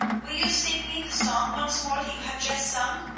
will you sing me the song once more, that you have just sung?